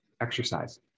exercise